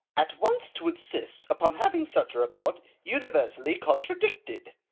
at once to insist upon having such a report universally contradicted.